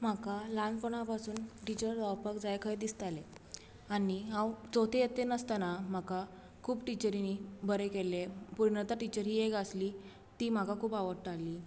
म्हाका ल्हानपणा पासून टिचर जावपाक जाय कहे दिसताले आनी हांव चवथे यत्तेंत आसताना म्हाका खूब टिचरीनी बरें केल्लें पूर्णता टिचर एक आसली ती म्हाका खूब आवडटाली